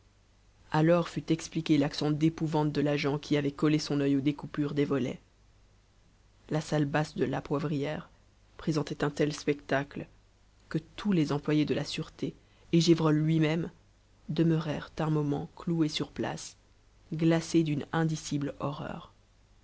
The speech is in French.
alors fut expliqué l'accent d'épouvante de l'agent qui avait collé son œil aux découpures des volets la salle basse de la poivrière présentait un tel spectacle que tous les employés de la sûreté et gévrol lui-même demeurèrent un moment cloués sur place glacés d'une indicible horreur